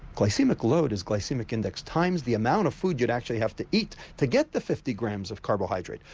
glycaemic load is glycaemic index times the amount of food you'd actually have to eat to get the fifty grams of carbohydrate,